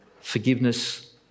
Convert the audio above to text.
Forgiveness